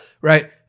right